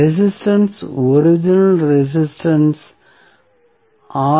resistance original resistance R